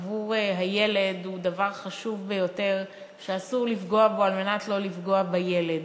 עבור הילד הוא דבר חשוב ביותר שאסור לפגוע בו על מנת שלא לפגוע בילד.